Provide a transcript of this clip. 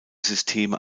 systeme